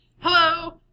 Hello